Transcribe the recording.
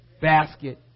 basket